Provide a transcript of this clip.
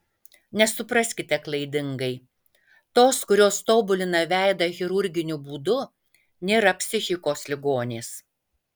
nesupraskite klaidingai tos kurios tobulina veidą chirurginiu būdu nėra psichikos ligonės